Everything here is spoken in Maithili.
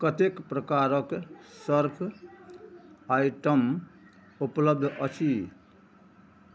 कतेक प्रकारके सर्फ आइटम उपलब्ध अछि